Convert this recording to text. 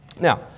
Now